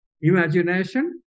imagination